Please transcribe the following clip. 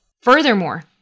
Furthermore